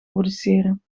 produceren